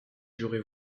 j’aurais